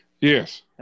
Yes